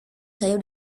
sayur